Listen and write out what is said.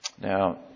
Now